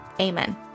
Amen